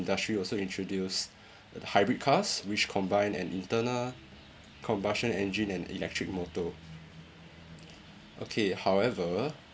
industry also introduced the hybrid cars which combine an internal combustion engine and electric motor okay however